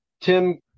Tim